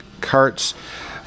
carts